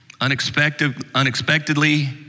Unexpectedly